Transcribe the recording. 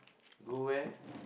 go where